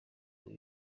ubu